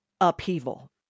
upheaval